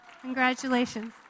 Congratulations